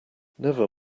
never